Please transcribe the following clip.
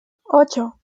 ocho